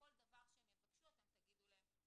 שבכל דבר שהם יבקשו אתם תגידו להם,